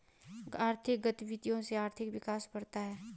आर्थिक गतविधियों से आर्थिक विकास बढ़ता है